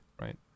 right